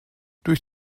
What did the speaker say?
durch